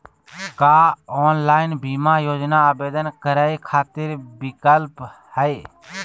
का ऑनलाइन बीमा योजना आवेदन करै खातिर विक्लप हई?